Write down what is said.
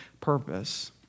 purpose